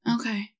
Okay